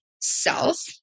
self